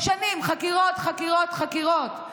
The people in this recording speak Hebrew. שנים, חקירות, חקירות, חקירות.